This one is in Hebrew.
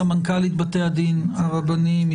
סמנכ"לית בתי הדין הרבניים,